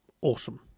awesome